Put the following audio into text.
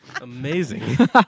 Amazing